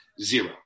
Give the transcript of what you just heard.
zero